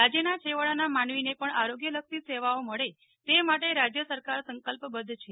રાજયના છેવાડાના માનવીને પણ આરોગ્યલક્ષી સેવાઓ મળે તે માટે રાજય સરકાર સંકલ્પબધ્ધ છે